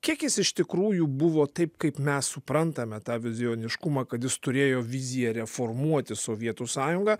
kiek jis iš tikrųjų buvo taip kaip mes suprantame tą vizioniškumą kad jis turėjo viziją reformuoti sovietų sąjungą